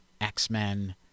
X-Men